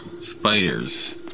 spiders